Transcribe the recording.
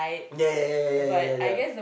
yeah yeah yeah yeah yeah yeah yeah yeah